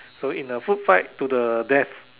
so in a food fight to the death